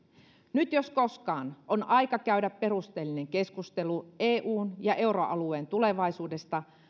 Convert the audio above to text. nyt jos koskaan on aika käydä perusteellinen keskustelu eun ja euroalueen tulevaisuudesta